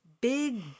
Big